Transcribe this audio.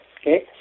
okay